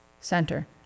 center